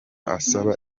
asaba